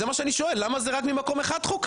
זה מה שאני שואל, למה חוקרים רק ממקום אחד?